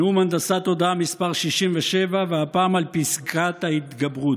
נאום הנדסת תודעה מס' 67, והפעם על פסקת ההתגברות.